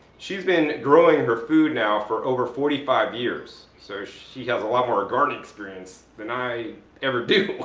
she's been growing her food now for over forty five years. so she has a lot more gardening experience than i ever do.